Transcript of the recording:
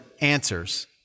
Answers